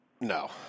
No